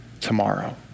tomorrow